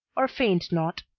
or feigned not,